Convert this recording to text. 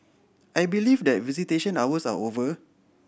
I believe that visitation hours are over